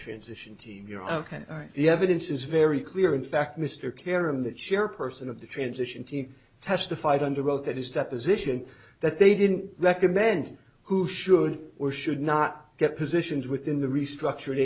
transition team you know ok the evidence is very clear in fact mr carom that share person of the transition team testified under oath that is that position that they didn't recommend who should or should not get positions within the restructured